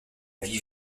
vie